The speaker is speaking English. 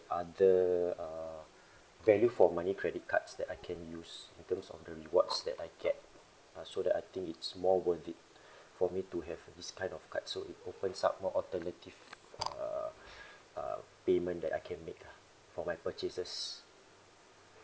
other uh value for money credit cards that I can use in terms of the rewards that I get uh so that I think it's more worth it for me to have this kind of card so it opens up more alternative err err payment that I can make ah for my purchases